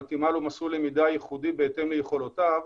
מתאימה לו מסלול למידה ייחודי בהתאם ליכולותיו.